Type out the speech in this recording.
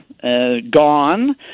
gone